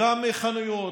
וגם חנויות,